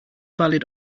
valid